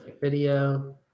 video